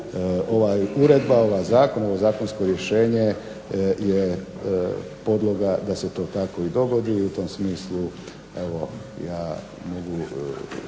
Ova uredba, ovaj zakon, ovo zakonsko rješenje je podloga da se to tako i dogodi i u tom smislu evo ja mogu